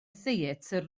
theatr